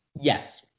yes